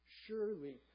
Surely